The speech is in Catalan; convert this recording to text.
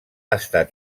estat